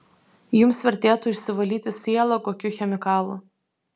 jums vertėtų išsivalyti sielą kokiu chemikalu